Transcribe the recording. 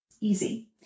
Easy